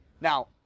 Now